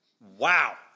Wow